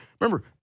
remember